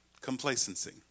complacency